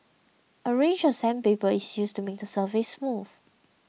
a range of sandpaper is used to make surface smooth